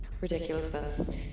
ridiculousness